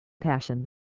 passion